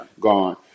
gone